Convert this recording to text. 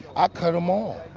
i cut em all.